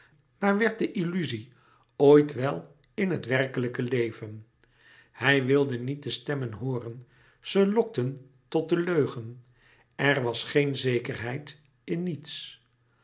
maar werd de illuzie ooit wel in het werkelijke leven hij wilde niet de stemmen hooren ze lokten tot den leugen er was geen zekerheid in niets